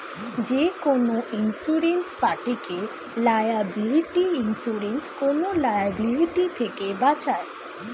যেকোনো ইন্সুরেন্স পার্টিকে liability insurance কোন লায়াবিলিটি থেকে বাঁচায়